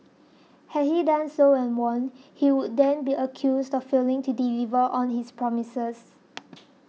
had he done so and won he would then be accused of failing to deliver on his promises